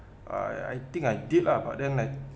I I think I did lah but then like